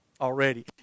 already